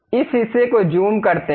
इस हिस्से को ज़ूम करते हैं